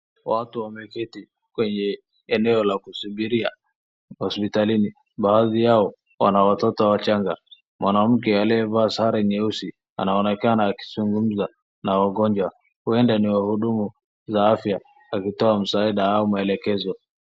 Watu wameketi kwenye eneo la kusubiria hospitalini mahali ambapo baadhi ya o wana watoto wachanga. Mwanamke aliyevaa sare ya nyeusi anaonekana akizubgumza na wagonjwa huenda ikawa ni mhudumu wa afya akitoa msaada au maelekezo